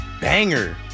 banger